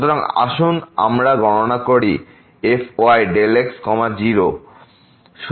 সুতরাং আসুন আমরা গণনা করি fyΔx 0